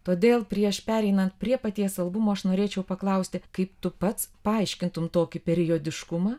todėl prieš pereinant prie paties albumo aš norėčiau paklausti kaip tu pats paaiškintum tokį periodiškumą